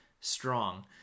strong